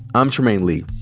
i'm trymaine lee.